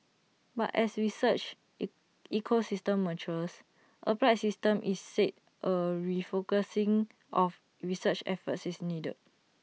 but as research ecosystem matures applied system is said A refocusing of research efforts is needed